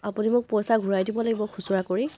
আপুনি মোক পইচা ঘূৰাই দিব লাগিব খুচৰা কৰি